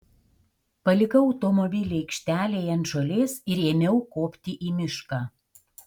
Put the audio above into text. palikau automobilį aikštelėje ant žolės ir ėmiau kopti į mišką